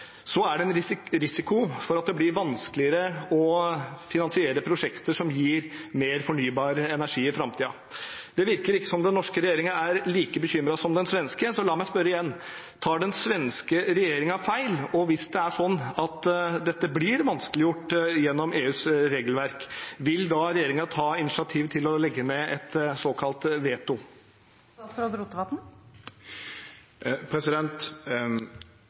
er det en risiko for at det blir vanskeligere å finansiere prosjekter som gir mer fornybar energi i framtiden. Det virker ikke som den norske regjeringen er like bekymret som den svenske, så la meg spørre igjen: Tar den svenske regjeringen feil? Hvis dette blir vanskeliggjort gjennom EUs regelverk, vil regjeringen da ta initiativ til å legge ned et såkalt veto?